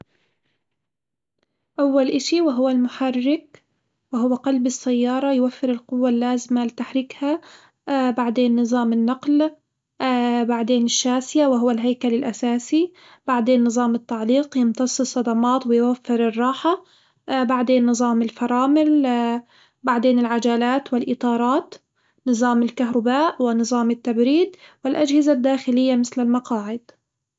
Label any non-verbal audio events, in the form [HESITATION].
أول إشي وهو المحرك وهو قلب السيارة يوفر القوة اللازمة لتحريكها [HESITATION] بعدين نظام النقل [HESITATION] بعدين الشاسية وهو الهيكل الأساسي، بعدين نظام التعليق يمتص الصدمات ويوفر الراحة، [HESITATION] بعدين نظام الفرامل [HESITATION] بعدين العجلات والإطارات، نظام الكهرباء ونظام التبريد والأجهزة الداخلية مثل المقاعد.